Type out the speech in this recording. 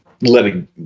letting